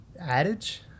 Adage